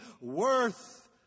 worth